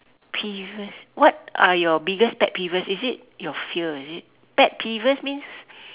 peeves what are your biggest pet peeves is it your fear is it pet peeves means